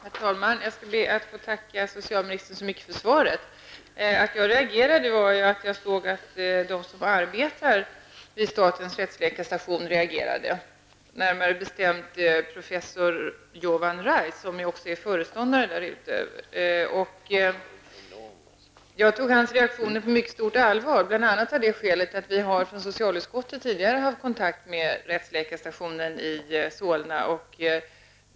Herr talman! Jag skall be att få tacka socialministern för svaret. Att jag reagerade beror på att de som arbetar vid rättsläkarstationen reagerade, närmare bestämt professor Jovan Rajs, som också är föreståndare där. Jag tog hans reaktion på mycket stort allvar, bl.a. av det skälet att vi från socialutskottet tidigare haft kontakter med rättsläkarstationen i Solna.